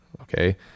okay